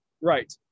Right